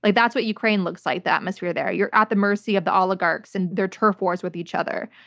like that's what ukraine looks like, the atmosphere there. you're at the mercy of the oligarchs and their turf wars with each other.